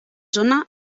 zona